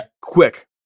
quick